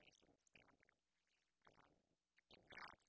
right right